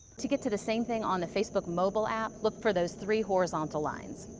to get to the same thing on the facebook mobile app, look for those three horizontal lines.